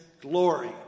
glory